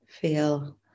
feel